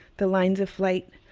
the lines of flight,